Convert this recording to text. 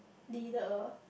leader